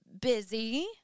busy